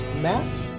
Matt